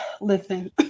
listen